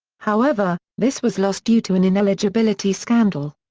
however, this was lost due to an ineligibility scandal.